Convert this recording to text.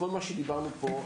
כל מה שדיברנו פה,